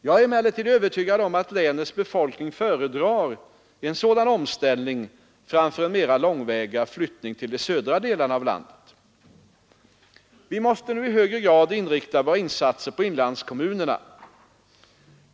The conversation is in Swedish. Jag är emellertid övertygad om att länets befolkning föredrar en sådan omställning framför en mera långväga flyttning till de södra delarna av landet. Vi måste nu i hög grad inrikta våra insatser på inlandskommunerna.